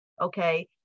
Okay